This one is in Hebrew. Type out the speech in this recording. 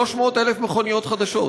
300,000 מכוניות חדשות.